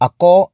Ako